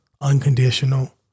unconditional